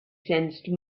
sensed